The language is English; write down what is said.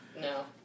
no